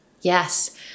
Yes